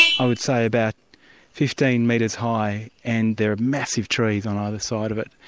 i would say about fifteen metres high, and there are massive trees on either side of it.